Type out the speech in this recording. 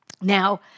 Now